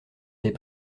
des